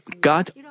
God